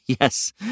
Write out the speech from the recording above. Yes